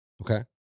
Okay